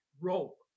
rope